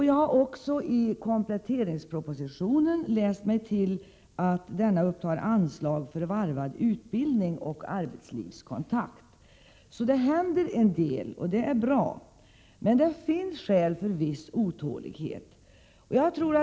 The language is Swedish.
Jag har också i kompletteringspropositionen läst mig till att den upptar anslag för varvad utbildning och arbetslivskontakt. Det händer alltså en del, och det är bra, men det finns skäl för viss otålighet.